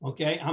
Okay